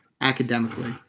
academically